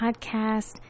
podcast